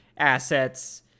assets